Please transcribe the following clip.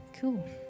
cool